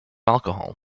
alcohol